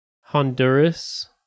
Honduras